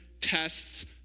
tests